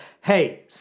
hey